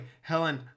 Helen